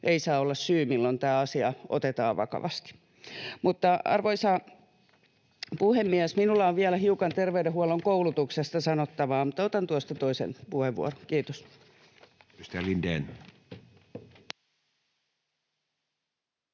ei saa olla syy, milloin tämä asia otetaan vakavasti. Arvoisa puhemies! Minulla on vielä hiukan terveydenhuollon koulutuksesta sanottavaa, mutta otan tuosta toisen puheenvuoron. — Kiitos.